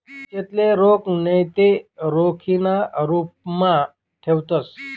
बचतले रोख नैते रोखीना रुपमा ठेवतंस